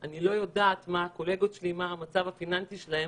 אני לא יודעת מה המצב הפיננסי של הקולגות.